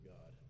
God